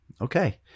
Okay